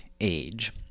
age